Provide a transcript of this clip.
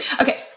Okay